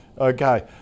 Okay